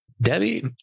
debbie